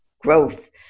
growth